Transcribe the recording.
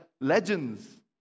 legends